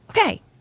Okay